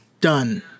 done